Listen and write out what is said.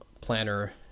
planner